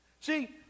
See